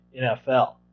NFL